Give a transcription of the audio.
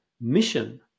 mission